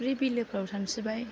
फुख्रि बिलोफ्राव सानस्रिबाय